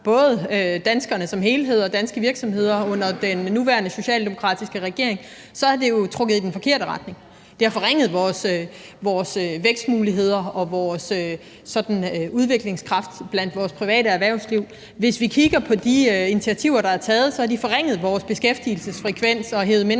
både danskerne som helhed og danske virksomheder under den nuværende socialdemokratiske regering, kan man jo sige, at det har trukket i den forkerte retning. Det har forringet vores vækstmuligheder og vores udviklingskraft hos vores private erhvervsliv. Hvis vi kigger på de initiativer, der er taget, kan vi se, at de har forringet vores beskæftigelsesfrekvens og hevet mennesker